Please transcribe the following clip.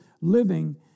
living